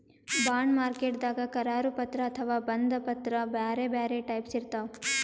bond ಮಾರ್ಕೆಟ್ದಾಗ್ ಕರಾರು ಪತ್ರ ಅಥವಾ ಬಂಧ ಪತ್ರದಾಗ್ ಬ್ಯಾರೆ ಬ್ಯಾರೆ ಟೈಪ್ಸ್ ಇರ್ತವ್